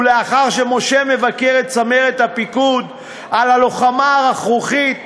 ולאחר שמשה מבקר את צמרת הפיקוד על הלוחמה הרכרוכית,